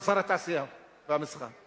שר התעשייה והמסחר,